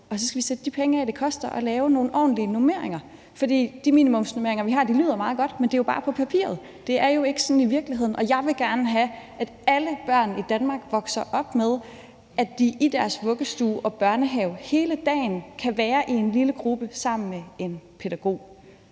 Og så skal vi sætte de penge af, som det koster at lave nogle ordentlige normeringer, for de minimumsnormeringer, vi har, lyder meget godt, men det er jo bare på papiret. Det er jo ikke sådan i virkeligheden, og jeg vil gerne have, at alle børn i Danmark vokser op med, at de i deres vuggestue og børnehave hele dagen kan være i en lille gruppe sammen med en pædagog.